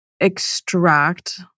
extract